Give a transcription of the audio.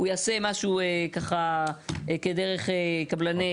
הוא יעשה משהו ככה דרך קבלני ישראל.